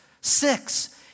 Six